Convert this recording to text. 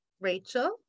Rachel